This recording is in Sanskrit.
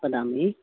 वदामि